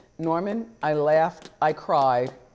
norman, i laughed, i cried.